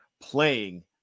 playing